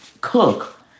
cook